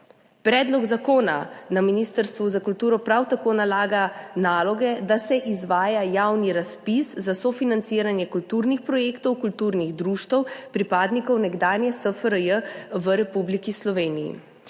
Predlog zakona Ministrstvu za kulturo prav tako nalaga naloge, da se izvaja javni razpis za sofinanciranje kulturnih projektov kulturnih društev pripadnikov nekdanje SFRJ v Republiki Sloveniji.